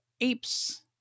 apes